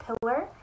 pillar